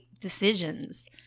decisions